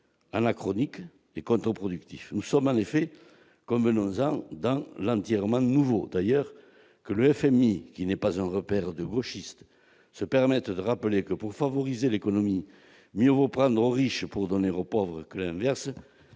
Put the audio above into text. la chronique et quant productif, nous sommes en effet comme en dans l'entièrement nouveau d'ailleurs que le FMI, qui n'est pas encore perdu gauchiste se permettre de rappeler que pour favoriser l'économie, mieux vaut prendre aux riches pour donner aux pauvres merci mérite